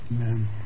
Amen